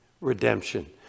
Redemption